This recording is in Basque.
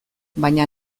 baina